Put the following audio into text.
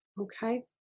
Okay